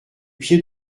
pied